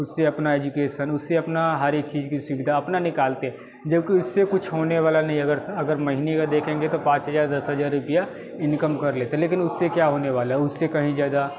उससे अपना एजुकेसन उससे अपना हर एक चीज़ की सुविधा अपना निकालते जबकि उससे कुछ होने वाला नहीं अगर अगर महीने का देखेंगे तो पाँच हज़ार दस हज़ार रुपया इनकम कर लेते लेकिन उससे क्या होने वाला है उससे कहीं ज़्यादा